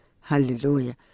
Hallelujah